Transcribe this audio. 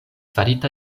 farita